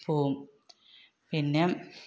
പോവും പിന്നെ